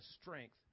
strength